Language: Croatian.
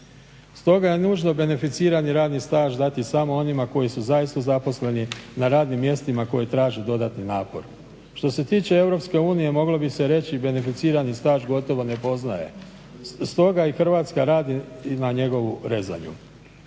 Stoga je nužno beneficirani radni staž dati samo onima koji su zaista zaposleni na radnim mjestima koja traže dodatni napor. Što se tiče Europske unije moglo bi se reći beneficirani staž gotovo ne poznaje, stoga i Hrvatska radi na njegovu rezanju.